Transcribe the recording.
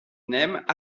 named